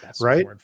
Right